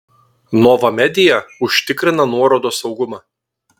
nova media užtikrina nuorodos saugumą